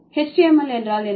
HTML என்றால் என்ன